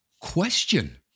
question